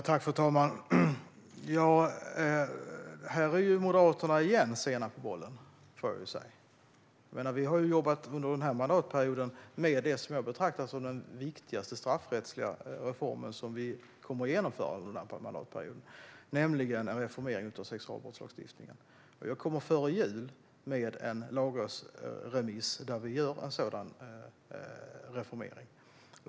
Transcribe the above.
Fru talman! Här är Moderaterna än en gång sena på bollen, får jag säga. Under denna mandatperiod har vi jobbat med det som jag betraktar som den viktigaste straffrättsliga reform som vi kommer att genomföra under den här perioden, nämligen en reformering av sexualbrottslagstiftningen. Före jul kommer jag att komma med en lagrådsremiss där vi gör en sådan reformering.